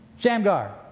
Shamgar